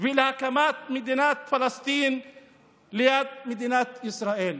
ולהקמת מדינת פלסטין ליד מדינת ישראל.